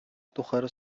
тухары